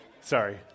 Sorry